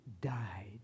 died